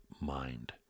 mind